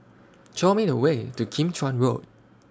Show Me The Way to Kim Chuan Road